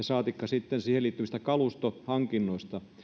saatikka sitten siihen liittyvissä kalustohankinnoissa